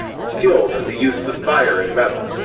skilled in the use of fire and metal.